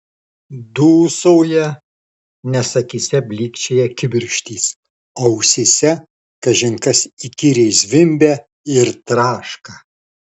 dūsauja nes akyse blykčioja kibirkštys o ausyse kažin kas įkyriai zvimbia ir traška